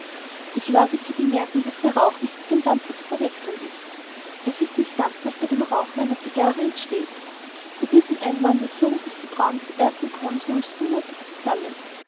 ich wage zu bemerken daß der rauch nicht mit dem dampfe zu verwechseln ist es ist nicht dampf was bei dem rauchen einer cigarre entsteht bei diesem einwande zogen sich die brauen des ersten consuls unmuthig zusammen